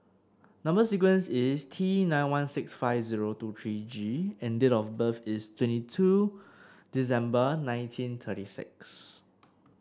number sequence is T nine one six five zero two three G and date of birth is twenty two December nineteen thirty six